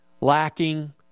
lacking